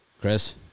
Chris